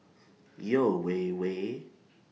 Yeo Wei Wei